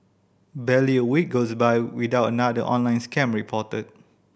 barely a week goes by without another online scam reported